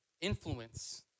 Influence